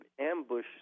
ambush